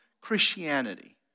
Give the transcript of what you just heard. Christianity